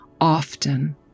often